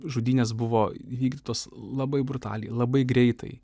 žudynės buvo įvykdytos labai brutaliai labai greitai